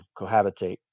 cohabitate